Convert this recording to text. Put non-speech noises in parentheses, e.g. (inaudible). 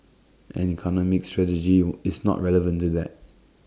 and economic strategy (unintelligible) is not irrelevant to that